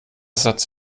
satz